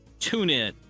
TuneIn